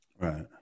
Right